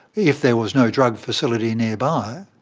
if there was no drug facility nearby,